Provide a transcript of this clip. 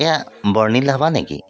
এইয়া বৰ্ণিল ধাবা নেকি